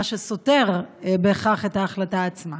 מה שסותר בהכרח את ההחלטה עצמה.